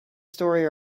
story